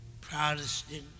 Protestant